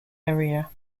area